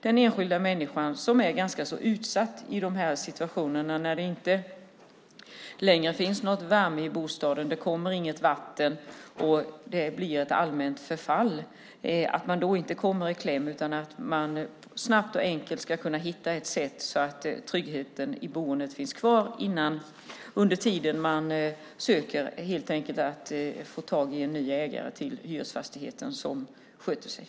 Den enskilda människan är ganska utsatt i de här situationerna när det inte finns någon värme i bostaden, när det inte kommer något vatten och när det blir ett allmänt förfall. Det är viktigt att man då inte kommer i kläm utan att det finns ett sätt att snabbt och enkelt se till att tryggheten i boendet finns kvar medan man försöker få tag i en ny ägare, som sköter sig, till hyresfastigheten.